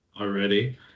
already